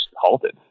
halted